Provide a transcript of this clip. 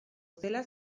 zela